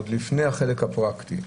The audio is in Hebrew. עוד לפני החלק הפרקטי.